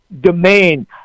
domain